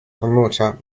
promoter